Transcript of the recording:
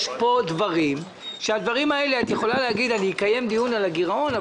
את יכולה להגיד שנקיים דיון על הגירעון,